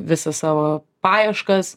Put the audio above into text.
visą savo paieškas